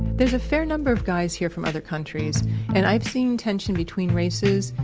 there's a fair number of guys here from other countries and i've seen tension between races,